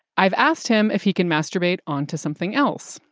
i've asked him if he can masturbate onto something else.